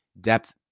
depth